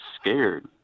scared